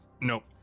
Nope